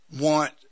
want